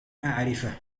أعرف